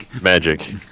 magic